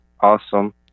awesome